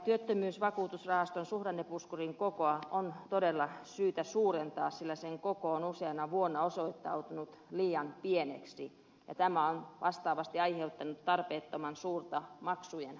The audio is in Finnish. työttömyysvakuutusrahaston suhdannepuskurin kokoa on todella syytä suurentaa sillä sen koko on useana vuonna osoittautunut liian pieneksi ja tämä on vastaavasti aiheuttanut tarpeettoman suurta maksujen vaihtelua